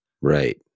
Right